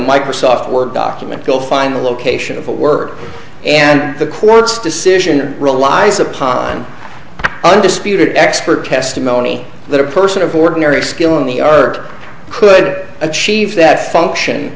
microsoft word document go find the location of a work and the court's decision relies upon undisputed expert testimony that a person of ordinary skill in the art could achieve that function